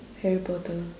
harry potter